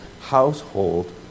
household